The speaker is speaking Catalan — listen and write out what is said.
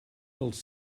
els